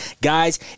Guys